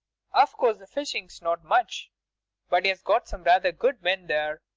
of course the fishing's not much but he's got some rather good men there.